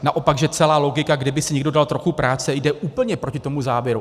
Naopak že celá logika, kdyby si někdo dal trochu práce, jde úplně proti tomu závěru.